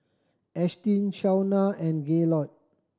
Ashtyn Shauna and Gaylord